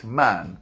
man